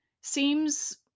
seems